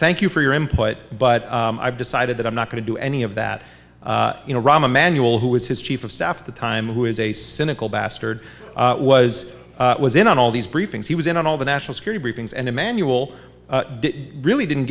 thank you for your input but i've decided that i'm not going to do any of that you know rahm emanuel who was his chief of staff at the time who is a cynical bastard was was in on all these briefings he was in on all the national security briefings and emanuel really didn't